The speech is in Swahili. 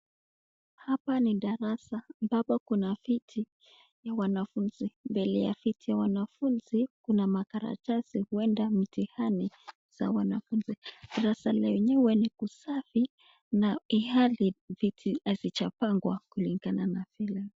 Hapa ni darasa ambapo kuna viti ya wanafunzi. Mbele ya viti ya wanafunzi kuna makaratasi huenda mitihani za wanafunzi. Darasa lenyewe ni kusafi na ihali viti hazijapangwa kulingana na vile.